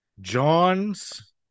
John's